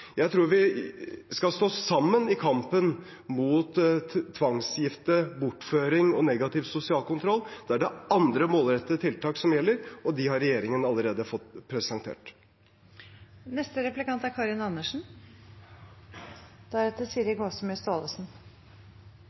Jeg tror vi skal stå sammen i kampen mot tvangsgifte, bortføring og negativ sosial kontroll. Da er det andre målrettede tiltak som gjelder, og dem har regjeringen allerede fått presentert. Jeg vil takke statsråden for innlegget, men det er